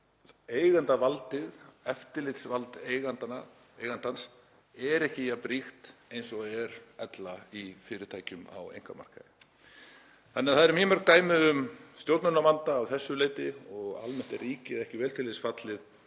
Eigandavaldið, eftirlitsvald eigandans, er ekki jafn ríkt og er ella í fyrirtækjum á einkamarkaði. Það eru því mýmörg dæmi um stjórnunarvanda að þessu leyti og almennt er ríkið ekki vel til þess fallið